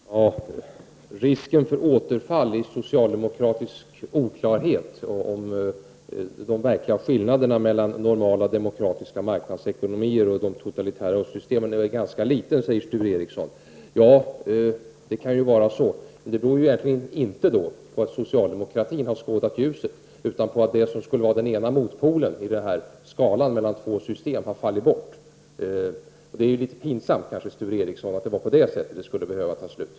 Herr talman! Risken för återfall i socialdemokratisk oklarhet om de verkliga skillnaderna mellan normala demokratiska marknadsekonomier och de totalitära östsystemen är väl ganska liten, säger Sture Ericson. Ja, det kan ju vara så. Men det beror då egentligen inte på att socialdemokratin har skådat ljuset, utan på att det som skulle vara den ena motpolen i skalan mellan två system har fallit bort. Det är kanske litet pinsamt, Sture Ericson, att det skulle behöva ta slut på det sättet.